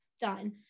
Done